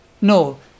No